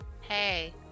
Hey